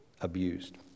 abused